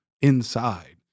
inside